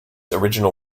original